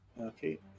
Okay